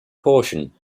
portion